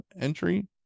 entry